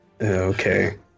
Okay